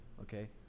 okay